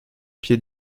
pied